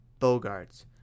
Bogarts